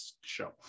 show